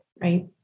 right